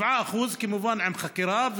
7% כמובן עם חקירה,